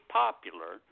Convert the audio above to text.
popular